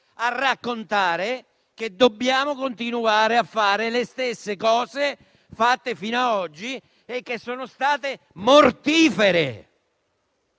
a raccontare che dobbiamo continuare a fare le stesse cose fatte fino a oggi, che sono state mortifere.